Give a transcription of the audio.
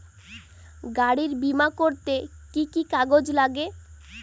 গাড়ীর বিমা করতে কি কি কাগজ লাগে?